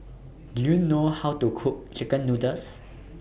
Do YOU know How to Cook Chicken Noodles